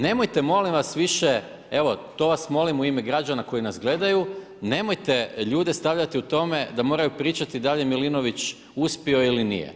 Nemojte molim vas više evo, to vas molim u ime građana koji nas gledaju nemojte ljude stavljati u tome, da moraju pričati, da li je Milinović uspio ili nije.